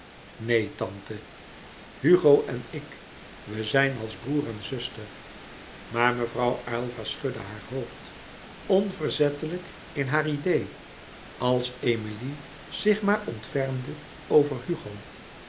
neen tante hugo en ik we zijn als broêr en zuster maar mevrouw aylva schudde het hoofd onverzettelijk in haar idee als emilie zich maar ontfermde over hugo